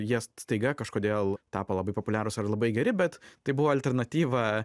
jie staiga kažkodėl tapo labai populiarūs ar labai geri bet tai buvo alternatyva